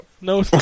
No